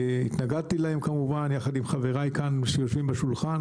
התנגדתי להן כמובן יחד עם חבריי שיושבים כאן בשולחן,